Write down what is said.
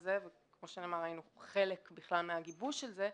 כזה וכמו שנאמר היינו חלק מהגיבוש של זה,